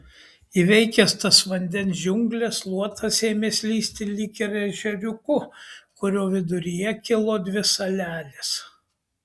įveikęs tas vandens džiungles luotas ėmė slysti lyg ir ežeriuku kurio viduryje kilo dvi salelės